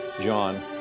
John